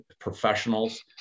professionals